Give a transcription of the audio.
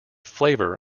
flavor